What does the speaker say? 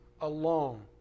Alone